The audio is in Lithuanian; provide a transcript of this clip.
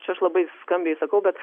čia aš labai skambiai sakau bet